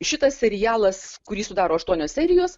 šitas serialas kurį sudaro aštuonios serijos